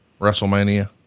WrestleMania